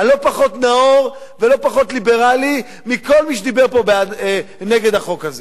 אני לא פחות נאור ולא פחות ליברלי מכל מי שדיבר פה נגד החוק הזה.